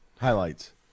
highlights